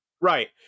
Right